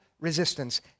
resistance